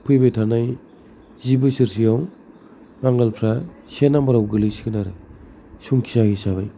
फैबाय थानाय जि बोसोरसोयाव बांगालफ्रा से नाम्बाराव गोग्लैसिगोन आरो संख्या हिसाबै